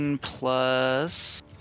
plus